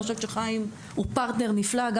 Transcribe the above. ואני חושבת שחיים הוא פרטנר נפלא לזה,